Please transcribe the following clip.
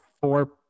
four